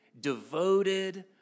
devoted